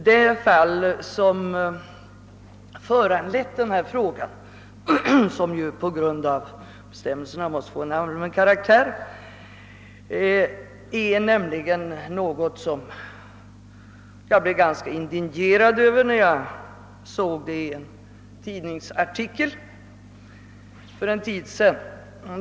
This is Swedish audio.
Det fall som föranlett min fråga — vilken på grund av bestämmelserna har fått en allmän karaktär — är en händelse som jag blev indignerad över när jag läste om den i en tidningsartikel för någon tid sedan.